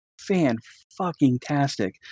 fan-fucking-tastic